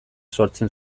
sortzen